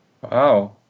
Wow